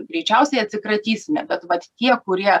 greičiausiai atsikratysime bet vat tie kurie